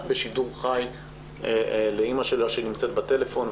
בשידור חי לאימא שלה שהיא נמצאת בטלפון,